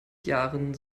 jahren